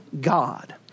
God